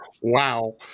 Wow